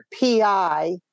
PI